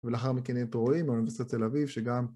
‫ולאחר מכן אין תורים ‫באוניברסיטת תל אביב שגם...